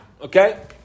okay